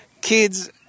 kids